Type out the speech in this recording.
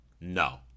no